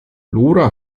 lora